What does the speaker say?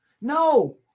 no